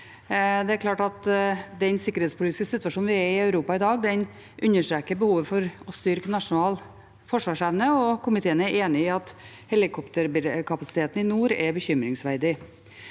sikkerhetspolitiske situasjonen vi er i i Europa i dag, understreker behovet for å styrke nasjonal forsvarsevne, og komiteen er enig i at helikopterkapasiteten i nord er bekymringsverdig.